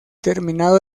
terminado